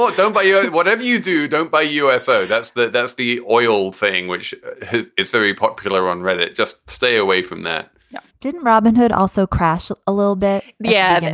don't don't buy you whatever you do, don't buy usa. that's that. that's the oil thing which is very popular on reddit. just stay away from that didn't robin hood also crash a little bit yeah. and and